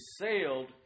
sailed